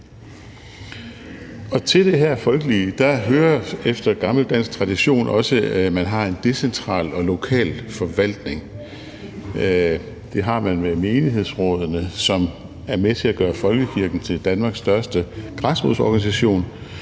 til det her folkelige hører efter gammel dansk tradition også, at man har en decentral og lokal forvaltning. Det har man med menighedsrådene, som er med til at gøre folkekirken til Danmarks største græsrodsorganisation,